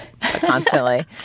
constantly